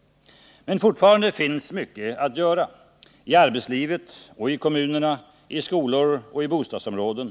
Men fortfarande finns mycket att göra — i arbetslivet och i kommunerna, i skolorna och i bostadsområden.